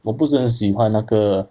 我不是很喜欢那个